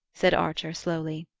said archer slowly.